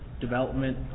development